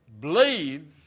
believe